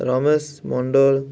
Ramesh Mandal